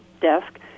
desk